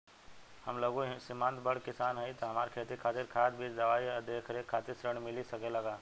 हम लघु सिमांत बड़ किसान हईं त हमरा खेती खातिर खाद बीज दवाई आ देखरेख खातिर ऋण मिल सकेला का?